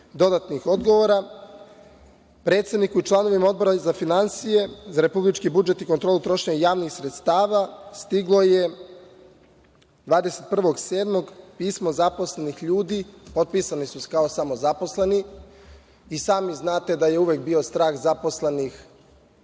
dodatnih odgovora, predsedniku i članovima Odbora za finansije, republički budžet i kontrolu trošenja javnih sredstava stiglo je 21. jula pismo zaposlenih ljudi, popisani su samo kao zaposleni. I sami znate da je uvek bio strah zaposlenih